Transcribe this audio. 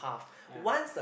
ya